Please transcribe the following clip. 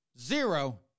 zero